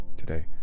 today